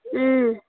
ꯎꯝ